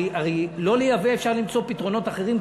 הרי כדי לא לייבא אפשר למצוא פתרונות אחרים,